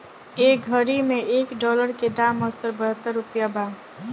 ए घड़ी मे एक डॉलर के दाम सत्तर बहतर रुपइया बा